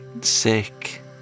sick